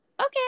okay